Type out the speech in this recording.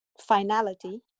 Finality